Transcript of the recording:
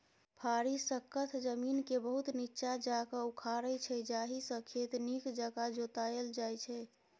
फारी सक्खत जमीनकेँ बहुत नीच्चाँ जाकए उखारै छै जाहिसँ खेत नीक जकाँ जोताएल जाइ छै